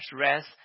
rest